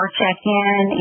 check-in